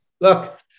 look